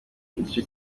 igice